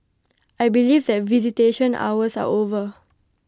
I believe that visitation hours are over